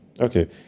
Okay